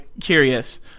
curious